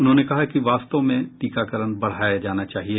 उन्होंने कहा कि वास्तव में टीकाकरण बढाया जाना चाहिए